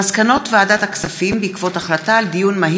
מסקנות ועדת הכספים בעקבות דיון מהיר